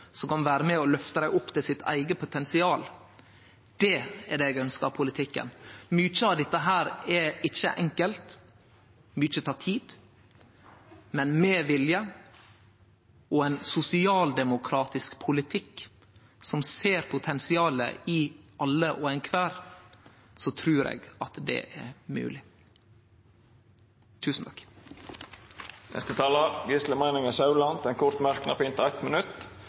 som kan vere med og løfte dei til sitt eige potensial. Det er det eg ønskjer av politikken. Mykje av dette er ikkje enkelt, mykje tek tid, men med vilje og ein sosialdemokratisk politikk der ein ser potensialet i kvar og ein, trur eg at det er mogleg. Representanten Gisle Meininger Saudland har hatt ordet to gonger tidlegare og får ordet til ein kort merknad, avgrensa til 1 minutt.